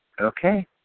Okay